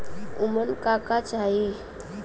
उमन का का चाही?